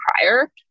prior